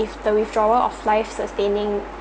if the withdrawal of life sustaining